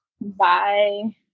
Bye